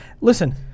Listen